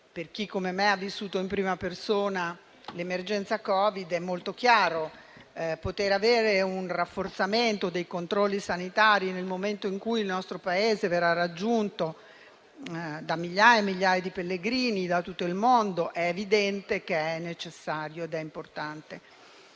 per chi, come me, ha vissuto in prima persona l'emergenza Covid; è evidente che poter avere un rafforzamento dei controlli sanitari, nel momento in cui il nostro Paese verrà raggiunto da migliaia e migliaia di pellegrini da tutto il mondo, è necessario ed importante.